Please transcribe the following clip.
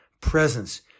presence